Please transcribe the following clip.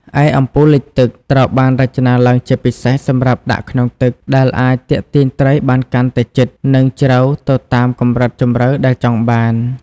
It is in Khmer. ឯ អំពូលលិចទឹក ត្រូវបានរចនាឡើងជាពិសេសសម្រាប់ដាក់ក្នុងទឹក ដែលអាចទាក់ទាញត្រីបានកាន់តែជិត និងជ្រៅទៅតាមកម្រិតជម្រៅដែលចង់បាន។